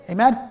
Amen